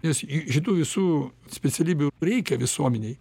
nes šitų visų specialybių reikia visuomenei